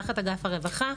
תחת אגף הרווחה,